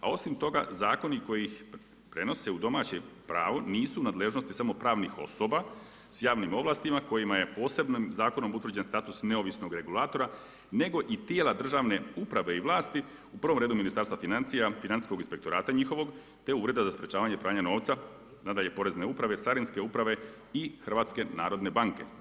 A osim toga, zakoni koji ih prenose u domaće pravo nisu u nadležnosti samo pravnih osoba sa javnim ovlastima kojima je posebnim zakonom utvrđen status neovisnog regulatora, nego i tijela državne uprave i vlasti u prvom redu Ministarstva financija, Financijskog inspektorata njihovog, te Ureda za sprječavanje pranja novca, nadalje Porezne uprave, Carinske uprave i Hrvatske narodne banke.